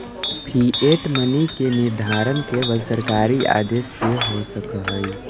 fiat money के निर्धारण केवल सरकारी आदेश से हो सकऽ हई